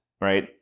right